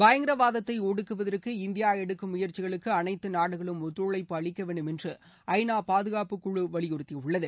பயங்கரவாதத்தை ஒடுக்குவதற்கு இந்தியா எடுக்கும் முயற்சிகளுக்கு அனைத்து நாடுகளும் ஒத்துழைப்பு அளிக்க வேண்டும் என்று ஐநா பாதுகாப்பு குழு வலியுறுத்தியுள்ளது